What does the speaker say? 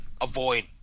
avoid